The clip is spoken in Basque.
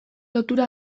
lotura